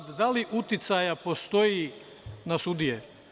Da li uticaj postoji na sudije?